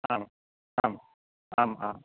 आम् आम् आम् आम्